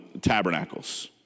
tabernacles